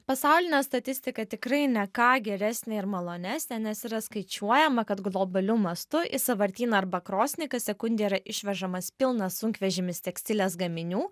pasaulinė statistika tikrai ne ką geresnė ir malonesnė nes yra skaičiuojama kad globaliu mastu į sąvartyną arba krosnį kas sekundę yra išvežamas pilnas sunkvežimis tekstilės gaminių